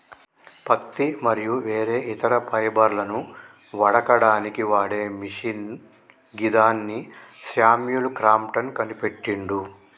పత్తి మరియు వేరే ఇతర ఫైబర్లను వడకడానికి వాడే మిషిన్ గిదాన్ని శామ్యుల్ క్రాంప్టన్ కనిపెట్టిండు